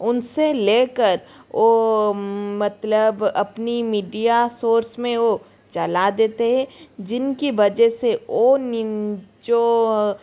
उनसे लेकर वो मतलब अपनी मीडिया सोर्स में हो चला देते हैं जिनकी वजह से वो निंजा